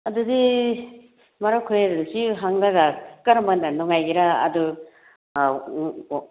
ꯑꯗꯨꯗꯤ ꯃꯔꯨꯞ ꯈꯣꯏ ꯁꯤ ꯍꯪꯂꯒ ꯀꯔꯝ ꯍꯥꯏꯅ ꯅꯨꯡꯉꯥꯏꯒꯦꯔ ꯑꯗꯨ